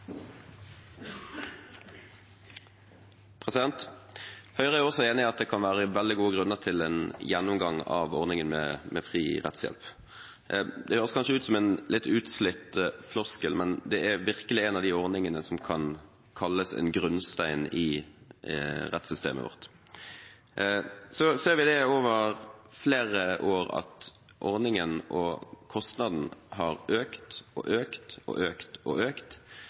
kan være veldig gode grunner til en gjennomgang av ordningen med fri rettshjelp. Det høres kanskje ut som en litt forslitt floskel, men det er virkelig en av de ordningene som kan kalles en grunnstein i rettssystemet vårt. Vi har sett over flere år at kostnaden ved ordningen har økt og økt og økt og økt.